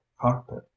cockpit